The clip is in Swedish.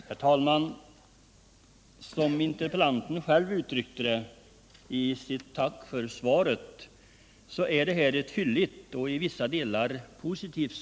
Herr talman! Som interpellanten sade är det svar som har lämnats fylligt och i vissa delar positivt.